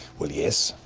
well, yes.